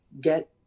get